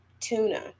tuna